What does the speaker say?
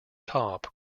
top